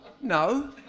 no